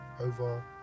over